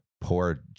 Poor